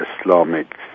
Islamic